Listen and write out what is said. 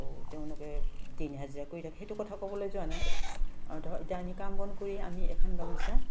আৰু তেওঁলোকে দিন হাজিৰা কৰি থাকে সেইটো কথা ক'বলৈ যোৱা নাই আৰু ধৰক এতিয়া আমি কাম বন কৰি আমি এখন গামোচা